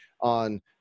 on